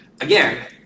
again